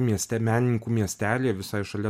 mieste menininkų miestelyje visai šalia